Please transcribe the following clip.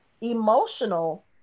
emotional